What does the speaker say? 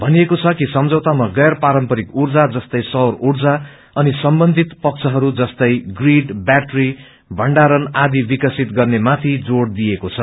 बताइउएको छ कि सम्झोता गैर पारम्परिक ऊर्जा जस्तै सौर ऊर्जा अनि सम्बन्धित पक्षहरू जस्तै प्रिड व्याटरी मण्डारणको निम्ति आदि विकसित गर्नेमाथि जोड़ दिइएको छ